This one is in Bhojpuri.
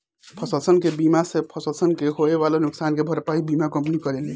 फसलसन के बीमा से फसलन के होए वाला नुकसान के भरपाई बीमा कंपनी करेले